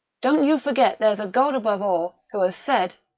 don't you forget there's a gawd above all, who as said.